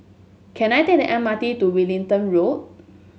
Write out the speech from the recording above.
can I take the M R T to Wellington Road